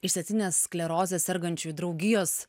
išsėtinės sklerozės sergančiųjų draugijos